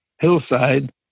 hillside